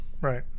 right